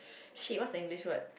shit what's the English word